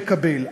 מקבל,